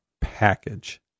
package